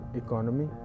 economy